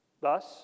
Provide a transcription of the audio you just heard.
Thus